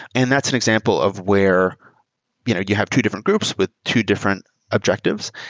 and that's an example of where you know you have two different groups with two different objectives,